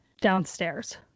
downstairs